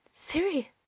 Siri